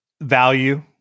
Value